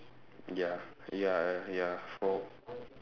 ya ya ya four